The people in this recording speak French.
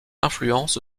influence